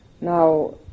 Now